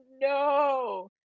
no